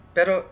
pero